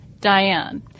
Diane